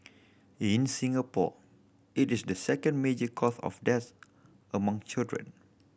in Singapore it is the second major cause of death among children